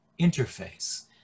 interface